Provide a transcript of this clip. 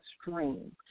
stream